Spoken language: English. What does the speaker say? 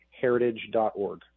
heritage.org